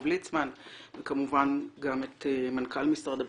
ליצמן וכמובן גם את מנכ"ל משרד הבריאות,